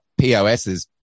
POSs